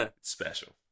Special